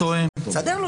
אתה טועה.